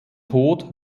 tod